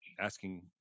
asking